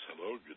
hello